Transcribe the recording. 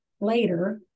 later